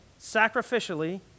sacrificially